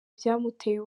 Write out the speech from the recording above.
byamuteye